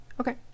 okay